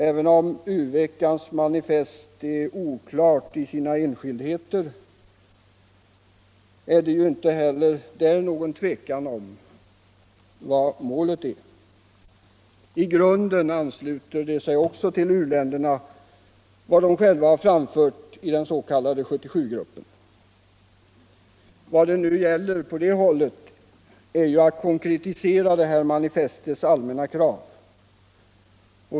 Även om u-veckans manifest är oklart i sina enskildheter finns inte där någon tvekan om målet. I grunden ansluter manifestet sig till vad u-länderna själva framfört i den s.k. 77-gruppen. Vad det nu gäller på det hållet är att konkretisera manifestets allmänna krav.